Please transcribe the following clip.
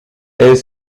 est